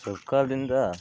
ಸರ್ಕಾರದಿಂದ